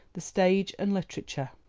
the stage and literature.